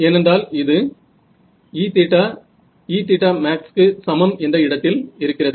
ஏனென்றால் இது EE என்ற இடத்தில் இருக்கிறது